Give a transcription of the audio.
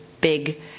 big